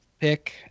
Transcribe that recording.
pick